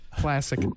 Classic